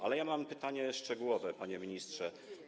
Ale mam pytanie szczegółowe, panie ministrze.